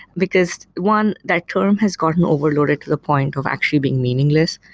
because, one, that term has gotten overloaded to the point of actually being meaningless.